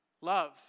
Love